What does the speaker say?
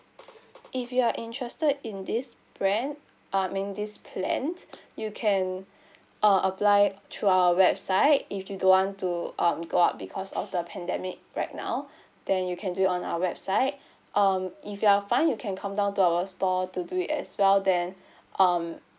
if you are interested in this brand ah in this plan you can uh apply through our website if you don't want to um go out because of the pandemic right now then you can do it on our website um if you are fine you can come down to our store to do it as well then um